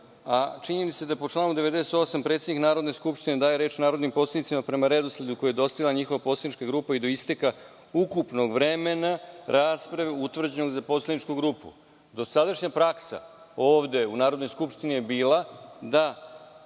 Činjenica je da, po članu 98, predsednik Narodne skupštine daje reč narodnim poslanicima prema redosledu koji je dostavila njihova poslanička grupa i do isteka ukupnog vremena rasprave utvrđenog za poslaničku grupu. Dosadašnja praksa ovde u Narodnoj skupštini je bila da